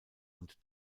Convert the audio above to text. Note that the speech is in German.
und